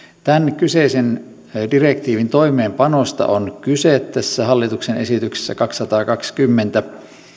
tämän kyseisen direktiivin toimeenpanosta on kyse tässä hallituksen esityksessä kaksisataakaksikymmentä